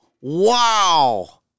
Wow